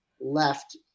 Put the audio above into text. left